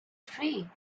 three